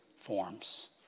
forms